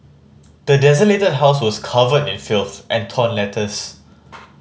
the desolated house was covered in filth and torn letters